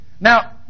Now